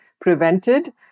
prevented